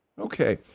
Okay